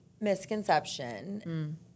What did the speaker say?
misconception